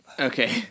okay